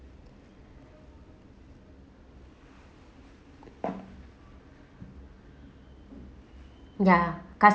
ya